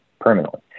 permanently